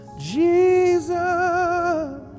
Jesus